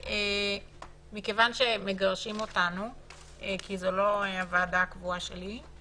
מכיוון שמגרשים אותנו כי זו לא הוועדה הקבועה שלי,